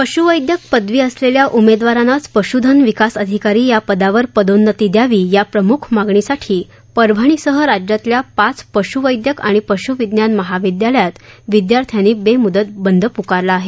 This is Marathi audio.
पशूचैद्यक पदवी असलेल्या उमेदवारांनाच पशूधन विकास अधिकारी या पदावर पदोन्नती द्यावी या प्रमुख मागणीसाठी परभणीसह राज्यातल्या पाच पशूवैद्यक आणि पशूविज्ञान महाविद्यालयात विद्यार्थ्यांनी बेमुदत बंद पुकारला आहे